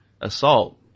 assault